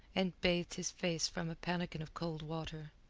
and bathed his face from a pannikin of cold water.